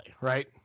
right